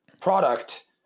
product